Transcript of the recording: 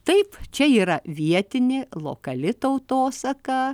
taip čia yra vietinė lokali tautosaka